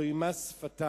זה מס שפתיים.